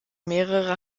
mehrere